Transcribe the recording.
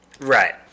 Right